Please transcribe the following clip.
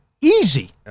Easy